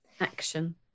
action